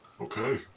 Okay